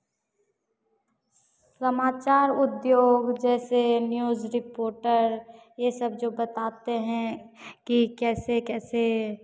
समाचार उद्योग जैसे न्यूज रिपोर्टेर यह सब जो बताते हैं कि कैसे कैसे